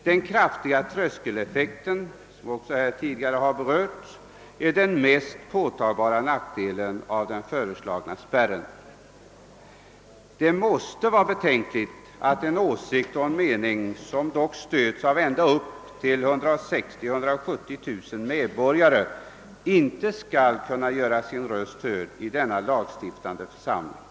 Den kraftiga tröskeleffekt, som också tidigare har berörts, är den mest påtagbara nackdelen av den föreslagna spärrregeln. Det måste vara betänkligt att en meningsriktning, som stöds av ända upp till 160 000—170 000 medborgare, inte skall kunna göra sin röst hörd i denna lagstiftande församling.